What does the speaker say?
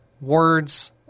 words